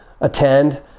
attend